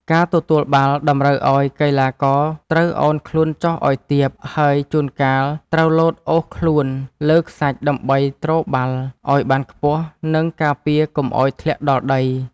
ការទទួលបាល់តម្រូវឱ្យកីឡាករត្រូវឱនខ្លួនចុះឱ្យទាបហើយជួនកាលត្រូវលោតអូសខ្លួនលើខ្សាច់ដើម្បីទ្របាល់ឱ្យបានខ្ពស់ និង ការពារកុំឱ្យធ្លាក់ដល់ដី។